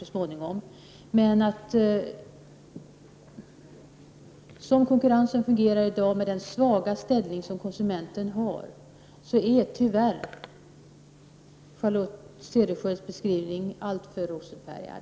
Utifrån hur konkurrensen fungerar i dag, med den svaga ställning som kon sumenten har, är Charlotte Cederschiölds beskrivning tyvärr alltför rosenfärgad.